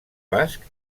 basc